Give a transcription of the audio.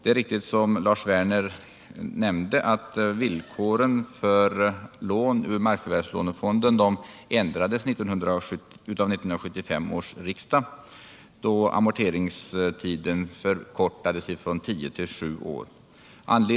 Det är riktigt som Lars Werner nämnde att villkoren för lån ur markförvärvslånefonden ändrades av 1975 års riksdag. Amorteringstiden förkortades från tio till sju år.